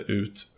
ut